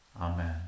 Amen